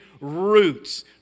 roots